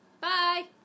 Bye